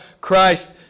Christ